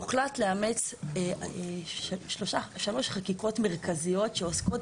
הוחלט לאמץ שלוש חקיקות מרכזיות שעוסקות